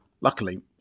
Luckily